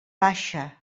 baixa